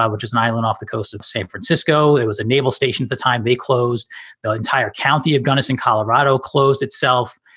um which is an island off the coast of san francisco. it was a naval station at the time. they closed the entire county of gunnison, colorado, closed itself.